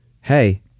Hey